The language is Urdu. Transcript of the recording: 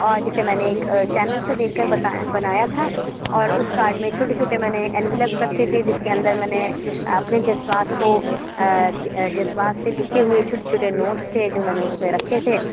اور جسے میں نے ایک چینل سے دیکھ کر بتایا بنایا تھا اور اُس کارڈ میں چھوٹے چھوٹے میں نے اینولپس رکھے تھے جس کے اندر میں نے اپنے جذبات کو جذبات سے لکھے ہوئے چھوٹے چھوٹے نوٹس تھے جو میں نے اُس میں رکھے تھے